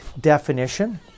definition